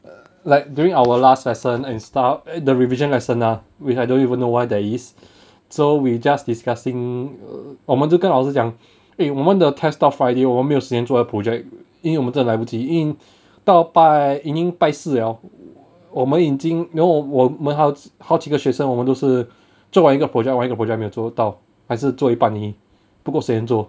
like during our last lesson and stuff the revision lesson lah which I don't even know why there is so we just discussing err 我们就跟老师讲 eh 我们的 test 到 friday 我没有时间做那个 project 因为我们真的来不及因到拜已经拜四了我们已经 我我们好几好几个学生我们都是做完一个 project 完一个 project 没有做到还是做一半而已不够时间做